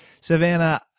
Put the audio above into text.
Savannah